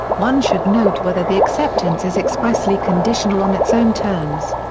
one should note whether the acceptance is expressly conditional on its own terms.